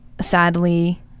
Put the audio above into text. sadly